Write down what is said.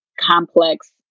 complex